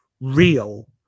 real